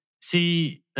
See